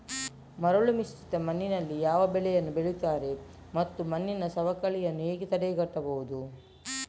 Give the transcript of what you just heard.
ಮರಳುಮಿಶ್ರಿತ ಮಣ್ಣಿನಲ್ಲಿ ಯಾವ ಬೆಳೆಗಳನ್ನು ಬೆಳೆಯುತ್ತಾರೆ ಮತ್ತು ಮಣ್ಣಿನ ಸವಕಳಿಯನ್ನು ಹೇಗೆ ತಡೆಗಟ್ಟಬಹುದು?